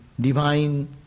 divine